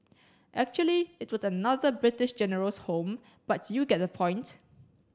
actually it was another British General's home but you get the points